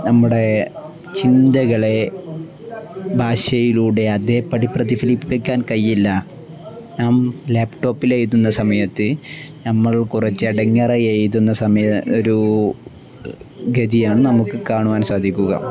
നമ്മുടെ ചിന്തകളെ ഭാഷയിലൂടെ അതേപടി പ്രതിഫലിപ്പിക്കാൻ കഴിയില്ല നാം ലാപ്ടോപ്പിലെഴുതുന്ന സമയത്തു നമ്മൾ കുറച്ച് എടങ്ങേറായി എഴുതുന്ന സമയ ഒരു ഗതിയാണ് നമുക്കു കാണുവാൻ സാധിക്കുക